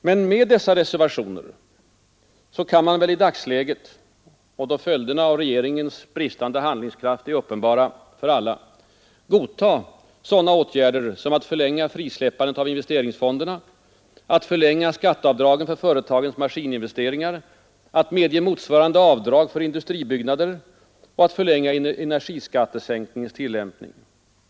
Men med dessa reservationer kan man väl i dagsläget — då följderna av regeringens bristande handlingskraft är uppenbara för alla — godta sådana åtgärder som att förlänga frisläppandet av investeringsfonderna, att förlänga skatteavdragen för företagens maskininvesteringar, att medge motsvarande avdrag för industribyggnader och att förlänga energiskattesänkningens tillämpning.